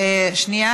נתקבלה.